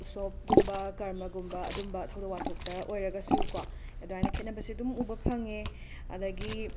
ꯎꯁꯣꯕꯒꯨꯝꯕ ꯀꯔꯃꯒꯨꯝꯕ ꯑꯗꯨꯝꯕ ꯊꯧꯗꯣꯛ ꯋꯥꯊꯣꯛꯇ ꯑꯣꯏꯔꯒꯁꯨ ꯀꯣ ꯑꯗꯨꯃꯥꯏꯅ ꯈꯦꯠꯅꯕꯁꯦ ꯑꯗꯨꯝ ꯎꯕ ꯐꯪꯉꯦ ꯑꯗꯒꯤ